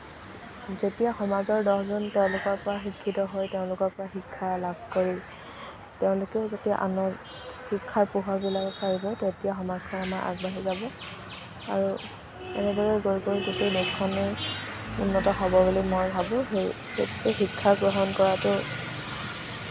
যেতিয়া সমাজৰ দহজন তেওঁলোকৰ পৰা শিক্ষিত হৈ তেওঁলোকৰ পৰা শিক্ষা লাভ কৰি তেওঁলোকেও যাতে আনৰ শিক্ষাৰ পোহৰ বিলাব পাৰিব তেতিয়া সমাজখন আমাৰ আগবাঢ়ি যাব আৰু এনেদৰে গৈ গৈ গোটেই দেশখনেই উন্নত হ'ব বুলি মই ভাবোঁ সেয়ে শিক্ষা গ্ৰহণ কৰাটো